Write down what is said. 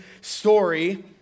story